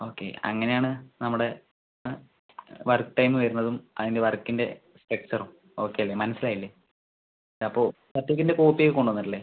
okay അങ്ങനെ ആണ് നമ്മുടെ ആ വർക്ക് ടൈമ് വരുന്നതും അതിൻ്റെ വർക്കിൻ്റെ സ്ട്രക്ച്ചറും ഓക്കെ അല്ലേ മനസ്സിലായില്ലേ അപ്പോൾ സർട്ടിഫിക്കറ്റിൻ്റെ കോപ്പി ഒക്കെ കൊണ്ട് വന്നിട്ട് ഇല്ലേ